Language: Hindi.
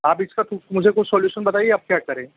आप इसका कुछ मुझे कोई सोल्यूशन बताइएँ अब क्या करें